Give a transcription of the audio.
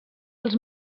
els